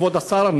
כבוד השר,